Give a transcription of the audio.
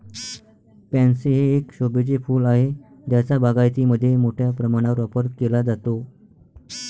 pansy हे एक शोभेचे फूल आहे ज्याचा बागायतीमध्ये मोठ्या प्रमाणावर वापर केला जातो